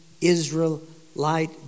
Israelite